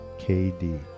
KD